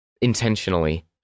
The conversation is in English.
intentionally